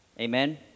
Amen